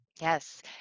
Yes